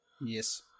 Yes